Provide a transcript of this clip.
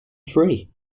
free